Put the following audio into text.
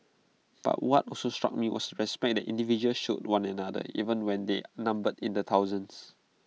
but what also struck me was respect that individuals showed one another even when they numbered in the thousands